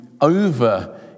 over